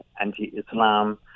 anti-Islam